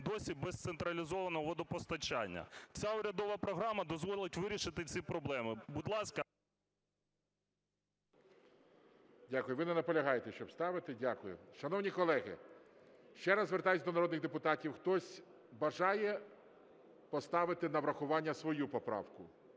досі без централізованого водопостачання. Ця урядова програма дозволить вирішити ці проблеми. Будь ласка… ГОЛОВУЮЧИЙ. Дякую. Ви не наполягаєте, щоб ставити? Дякую. Шановні колеги, ще раз звертаюсь до народних депутатів, хтось бажає поставити на врахування свою поправку?